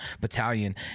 Battalion